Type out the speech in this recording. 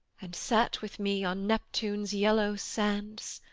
and sat with me on neptune's yellow sands,